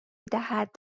دهد